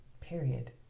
period